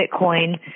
Bitcoin